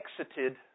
exited